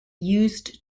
used